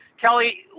Kelly